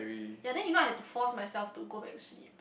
ya then you know I have to force myself to go back to sleep